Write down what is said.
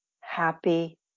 happy